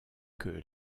que